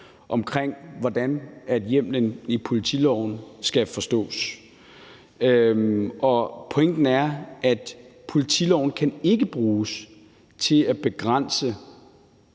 på, hvordan hjemmelen i politiloven skal forstås. Pointen er, at politiloven ikke kan bruges til at begrænse